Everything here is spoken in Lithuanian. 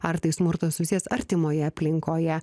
ar tai smurtas susijęs artimoje aplinkoje